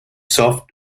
soft